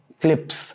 clips